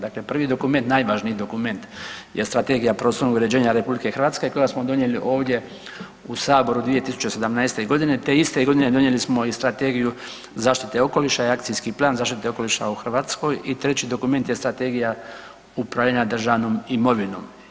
Dakle, prvi dokument, najvažniji dokument je Strategija prostornog uređenja RH kojega smo donijeli ovdje u saboru 2017. godine te iste godine donijeli smo i Stretegiju zaštite okoliša i Akcijski plan zaštite okoliša u Hrvatskoj i treći dokument je Strategija upravljanja državnom imovinom.